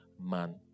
man